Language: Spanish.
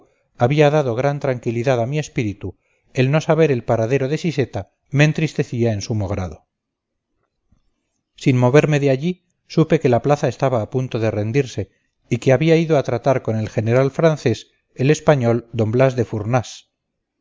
había dado gran tranquilidad a mi espíritu el no saber el paradero de siseta me entristecía en sumo grado sin moverme de allí supe que la plaza estaba a punto de rendirse y que había ido a tratar con el general francés el español d blas de fournás